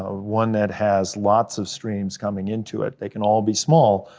ah one that has lots of streams coming into it. they can all be small,